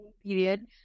Period